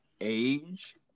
age